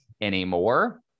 anymore